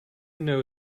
know